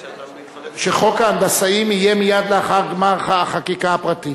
שחוק ההנדסאים יהיה מייד לאחר גמר החקיקה הפרטית.